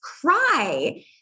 cry